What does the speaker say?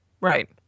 Right